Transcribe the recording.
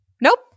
Nope